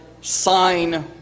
sign